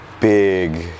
big